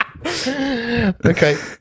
Okay